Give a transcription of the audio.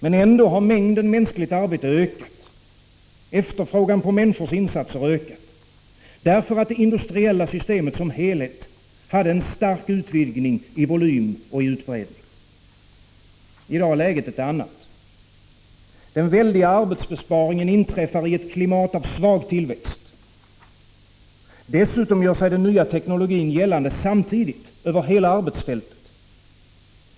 Men ändå har mängden mänskligt arbete och efterfrågan på männi 17 december 1985 = skors insatser ökat, därför att det industriella systemet som helhet hade en stark utvidgning i volym och utbredning. I dag är läget ett annat. Den väldiga | arbetsbesparingen inträffar i ett klimat av svag tillväxt. Dessutom gör sig den nya teknologin gällande samtidigt över hela arbetsfältet.